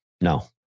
No